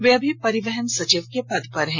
वे अभी परिवहन सचिव के पद पर हैं